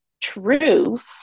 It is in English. truth